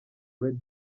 red